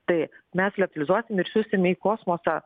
tai mes liofelizuosim ir siųsime į kosmosą